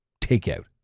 takeout